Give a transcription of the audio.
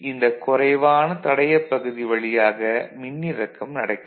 இந்த குறைவான தடையப் பகுதி வழியாக மின்னிறக்கம் நடக்கிறது